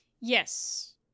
Yes